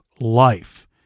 life